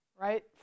right